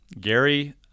Gary